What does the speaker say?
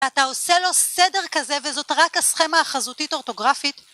אתה עושה לו סדר כזה, וזאת רק הסכמה החזותית-אורטוגרפית?